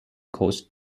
ghost